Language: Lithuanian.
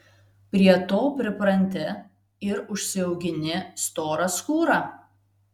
prie to pripranti ir užsiaugini storą skūrą